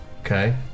Okay